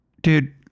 dude